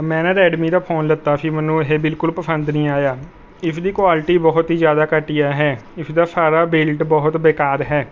ਮੈਂ ਨਾ ਰੈੱਡਮੀਂ ਦਾ ਫ਼ੋਨ ਲੀਤਾ ਸੀ ਮੈਨੂੰ ਇਹ ਬਿਲਕੁਲ ਪਸੰਦ ਨਹੀਂ ਆਇਆ ਇਸਦੀ ਕੁਆਲਟੀ ਬਹੁਤ ਹੀ ਜ਼ਿਆਦਾ ਘਟੀਆ ਹੈ ਇਸ ਦਾ ਸਾਰਾ ਬਿਲਡ ਬਹੁਤ ਬੇਕਾਰ ਹੈ